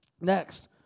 Next